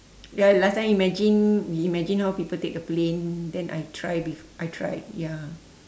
ya last time imagine we imagine how people take the plane then I try bef~ I tried ya